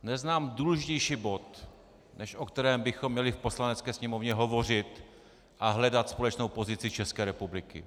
Neznám důležitější bod, než o kterém bychom měli v Poslanecké sněmovně hovořit a hledat společnou pozici České republiky.